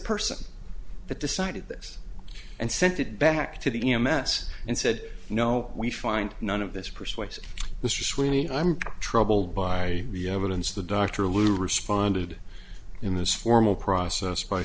person that decided this and sent it back to the m s and said no we find none of this persuasive mr sweeney i'm troubled by the evidence the doctor lou responded in this formal process by